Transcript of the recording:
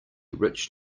rich